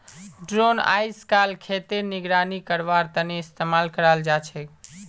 drone अइजकाल खेतेर निगरानी करवार तने इस्तेमाल कराल जाछेक